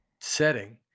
setting